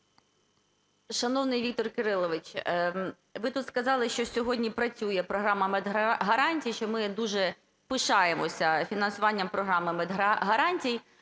Шановний Віктор Кирилович, ви тут сказали, що сьогодні працює програма медгарантій, що ми дуже пишаємося фінансуванням програми медгарантій,